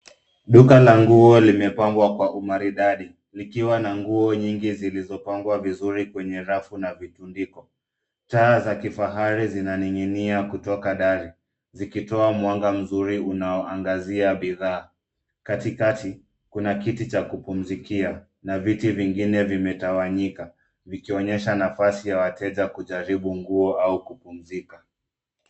Duka la nguo limepangwa kwa umaridadi likiwa na nguo nyingi zilizopangwa vizuri kwenye rafu na vitundiko. Taa za kifahari zinaning'inia kutoka dari zikitoa mwanga mzuri unaoangazia bidhaa. Katikati kuna kiti cha kupumzikia na viti vingine vimetawanyika vikionyesha nafasi ya wateja kujaribu nguo au kupumzika.